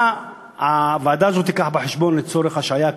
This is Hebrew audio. מה הוועדה הזאת תיקח בחשבון לצורך השעיה?